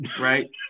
right